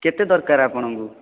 କେତେ ଦରକାର ଆପଣଙ୍କୁ